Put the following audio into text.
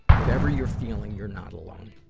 whatever you're feeling, you're not alone.